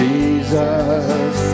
Jesus